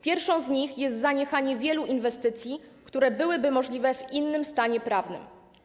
Pierwszą z nich jest zaniechanie wielu inwestycji, które byłyby możliwe w innym stanie prawnym.